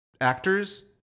actors